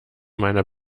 meiner